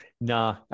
Nah